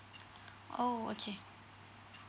oh okay